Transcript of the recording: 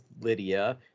Lydia